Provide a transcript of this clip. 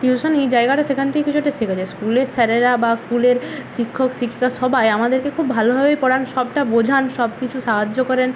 tuition জায়গাটা সেখান থেকে কিছু একটা শেখা যায় স্কুলে স্যারেরা বা স্কুলের শিক্ষক শিক্ষিকা সবাই আমাদেরকে খুব ভালোভাবেই পড়ান সবটা বোঝান সব কিছু সাহায্য করেন